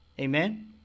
Amen